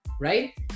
right